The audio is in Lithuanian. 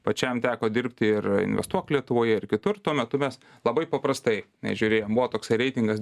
pačiam teko dirbti ir investuok lietuvoje ir kitur tuo metu mes labai paprastai nežiūrėjom buvo toks reitingas